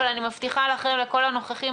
אבל אני מבטיחה לכל הנוכחים,